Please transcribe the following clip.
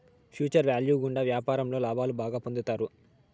future value గుండా వ్యాపారంలో లాభాలు బాగా పొందుతారు